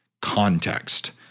Context